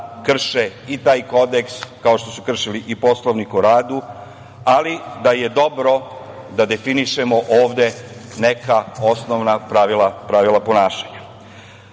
krše i taj Kodeks, kao što su kršili i Poslovnik o radu, ali da je dobro da definišemo ovde neka osnovna pravila ponašanja. Ono